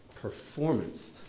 performance